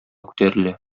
күтәрелә